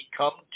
come